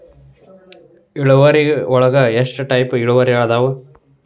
ಇಳುವರಿಯೊಳಗ ಎಷ್ಟ ಟೈಪ್ಸ್ ಇಳುವರಿಗಳಾದವ